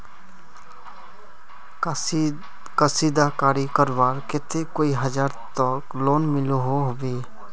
कशीदाकारी करवार केते कई हजार तक लोन मिलोहो होबे?